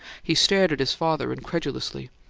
he stared at his father incredulously.